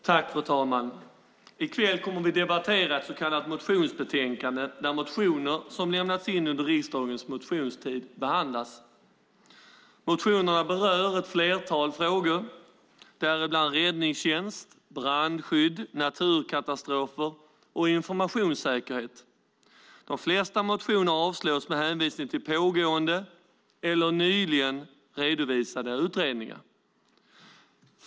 Fru talman! I kväll kommer vi att debattera ett så kallat motionsbetänkande där motioner som väckts under riksdagens allmänna motionstid behandlas. Motionerna berör ett flertal frågor, däribland räddningstjänst, brandskydd, naturkatastrofer och informationssäkerhet. De flesta motioner avstyrks med hänvisning till pågående eller nyligen redovisade utredningar.